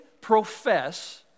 profess